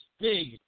big